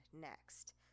next